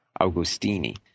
Augustini